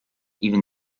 even